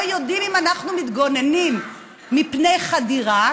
יודעים אם אנחנו מתגוננים מפני חדירה,